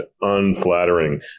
unflattering